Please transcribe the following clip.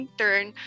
turn